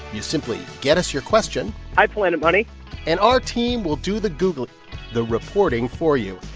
you simply get us your question hi, planet money and our team will do the google the reporting for you,